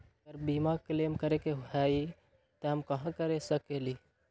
अगर बीमा क्लेम करे के होई त हम कहा कर सकेली?